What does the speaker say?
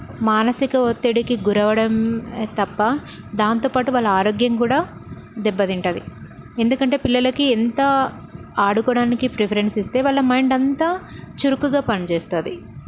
మానసిక ఒత్తిడికి గురి అవ్వడం తప్ప దాంతో పాటు వాళ్ళ ఆరోగ్యం కూడా దెబ్బతింటుంది ఎందుకంటే పిల్లలకి ఎంత ఆడుకోవడానికి ప్రిఫరెన్స్ ఇస్తే వాళ్ళ మైండ్ అంతా చురుకుగా పని చేస్తుంది